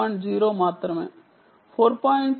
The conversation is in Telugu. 0 మాత్రమే